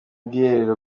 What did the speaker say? bwiherero